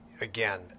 again